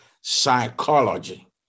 psychology